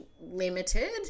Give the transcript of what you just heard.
limited